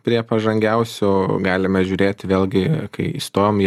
prie pažangiausių galime žiūrėti vėlgi kai įstojom į